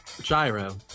Gyro